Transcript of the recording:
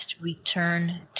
return